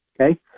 Okay